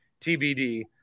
TBD